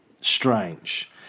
strange